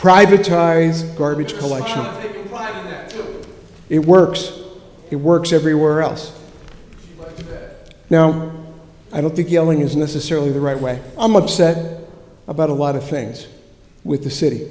privatized garbage collection it works it works everywhere else now i don't think yelling is necessarily the right way i'm upset about a lot of things with the city